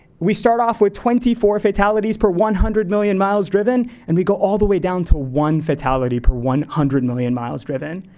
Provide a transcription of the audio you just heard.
we start off with twenty four fatalities per one hundred million miles driven, and we go all the way down to one fatality per one hundred million miles driven.